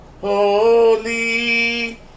holy